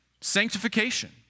sanctification